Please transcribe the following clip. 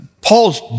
Paul's